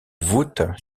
voûtes